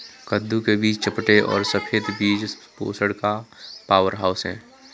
कद्दू के बीज चपटे और सफेद बीज पोषण का पावरहाउस हैं